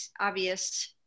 obvious –